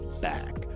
back